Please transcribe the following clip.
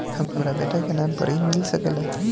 हमरा बेटा के नाम पर ऋण मिल सकेला?